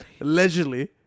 Allegedly